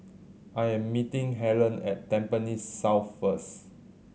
I am meeting Hellen at Tampines South first